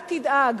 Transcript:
אל תדאג,